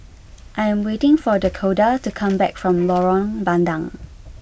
I am waiting for Dakoda to come back from Lorong Bandang